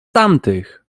tamtych